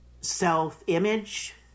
self-image